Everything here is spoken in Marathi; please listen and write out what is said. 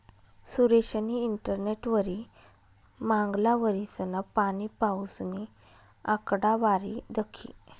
सुरेशनी इंटरनेटवरी मांगला वरीसना पाणीपाऊसनी आकडावारी दखी